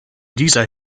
dieser